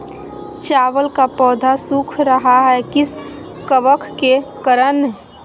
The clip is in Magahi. चावल का पौधा सुख रहा है किस कबक के करण?